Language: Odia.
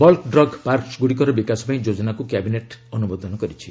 ବଲ୍କ ଡ୍ରଗ୍ ପାର୍କସ୍ଗୁଡ଼ିକର ବିକାଶ ପାଇଁ ଯୋଜନାକୁ କ୍ୟାବିନେଟ୍ ଅନ୍ତମୋଦନ କରିଛି